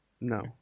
No